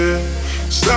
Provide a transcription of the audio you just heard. Stop